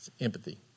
empathy